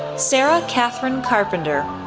sarah kathryn carpenter,